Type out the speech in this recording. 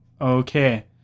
Okay